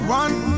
one